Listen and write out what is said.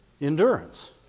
endurance